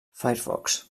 firefox